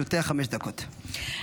התשפ"ד 2024,